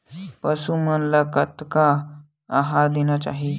पशु मन ला कतना आहार देना चाही?